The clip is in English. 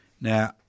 Now